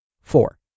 Four